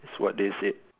it's what they said